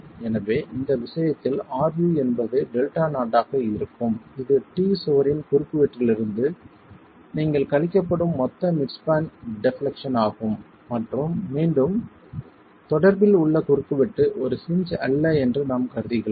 எனவே இந்த விஷயத்தில் ru என்பது Δ0 ஆக இருக்கும் இது t சுவரின் குறுக்குவெட்டிலிருந்து நீங்கள் கழிக்கப்படும் மொத்த மிட் ஸ்பான் டெப்லெக்சன் ஆகும் மற்றும் மீண்டும் தொடர்பில் உள்ள குறுக்குவெட்டு ஒரு ஹின்ஜ் அல்ல என்று நாம் கருதுகிறோம்